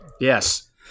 Yes